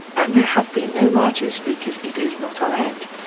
and there have been no marches because it is not allowed.